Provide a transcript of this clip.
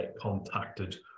contacted